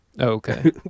Okay